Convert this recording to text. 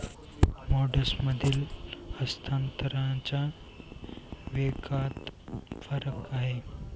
मोड्समधील हस्तांतरणाच्या वेगात फरक आहे